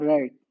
Right